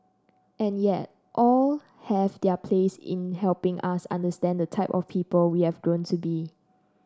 and yet all have their place in helping us understand the type of person we have grown to be